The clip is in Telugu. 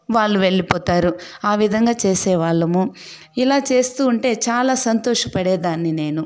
వాళ్ళు వెళ్ళిపోతారు ఆ విధంగా చేసేవాళ్ళము ఇలా చేస్తూ ఉంటే చాలా సంతోషపడేదాన్ని నేను